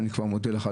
ואני כבר מודיע לך,